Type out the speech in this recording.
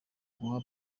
guha